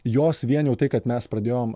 jos vien jau tai kad mes pradėjom